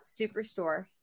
Superstore